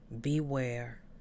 Beware